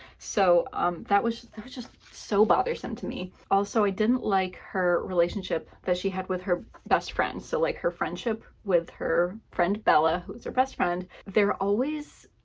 so um that was just so bothersome to me. also, i didn't like her relationship that she had with her best friend. so, like, her friendship with her friend, bella, who is her best friend. they're always,